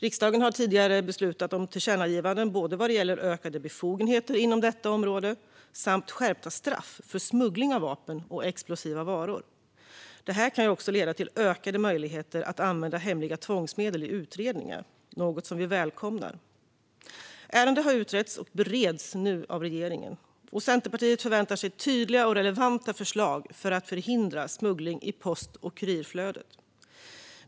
Riksdagen har tidigare beslutat om tillkännagivanden vad gäller såväl ökade befogenheter inom detta område som skärpta straff för smuggling av vapen och explosiva varor. Detta kan också leda till ökade möjligheter att använda hemliga tvångsmedel i utredningar, något som vi välkomnar. Ärendet har utretts och bereds nu av regeringen. Centerpartiet förväntar sig tydliga och relevanta förslag för att förhindra smuggling i post och kurirflödet.